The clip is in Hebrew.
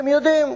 אתם יודעים,